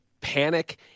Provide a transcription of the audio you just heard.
panic